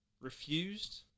refused